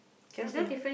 cannot be lah